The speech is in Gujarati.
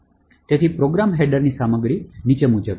તેથી પ્રોગ્રામ હેડરની સામગ્રી નીચે મુજબ છે